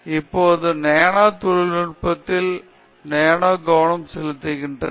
இப்போது நானோ தொழில்நுட்பத்தில் நானே கவனம் செலுத்துகிறேன்